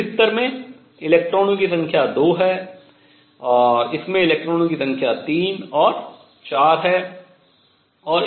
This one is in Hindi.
इस स्तर में इलेक्ट्रॉनों की संख्या 2 है इसमें इलेक्ट्रॉनों की संख्या 3 और 4 है